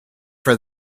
for